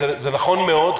זה נכון מאוד.